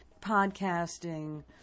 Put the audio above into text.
podcasting